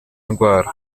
indwara